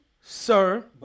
sir